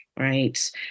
right